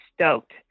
stoked